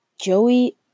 Joey